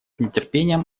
нетерпением